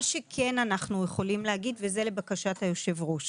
מה שאנחנו כן יכולים להגיד וזה לבקשת היושב ראש